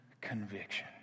conviction